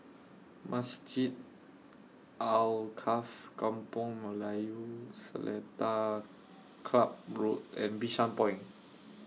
Masjid Alkaff Kampung Melayu Seletar Club Road and Bishan Point